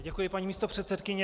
Děkuji, paní místopředsedkyně.